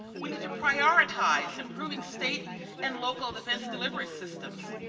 we need to prioritize improving state and local defense delivery systems.